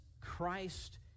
Christ